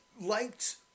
liked